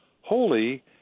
Holy